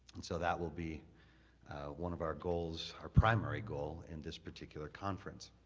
and so, that will be one of our goals, our primary goal, in this particular conference.